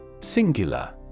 Singular